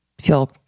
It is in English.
feel